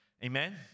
amen